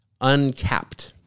uncapped